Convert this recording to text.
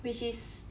which is